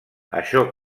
això